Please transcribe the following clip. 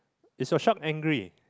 is your shark angry